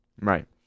Right